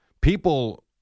people